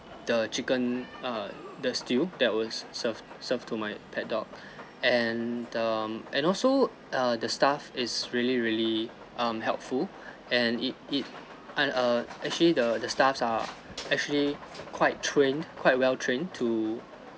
the chicken err the stew that was served served to my pet dog and um and also err the staff is really really um helpful and it it and err actually the the staffs are actually quite trained quite well trained to